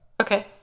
Okay